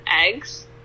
eggs